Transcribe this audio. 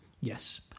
yes